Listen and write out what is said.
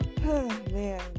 man